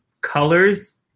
colors